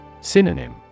Synonym